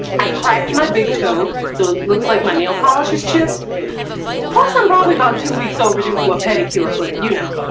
i cracked my big toe so it looks like my nail polish is chipped plus, i'm probably about two weeks overdue for a pedicure but you know,